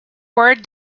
word